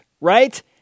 right